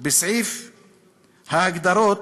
בסעיף ההגדרות,